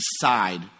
decide